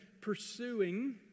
pursuing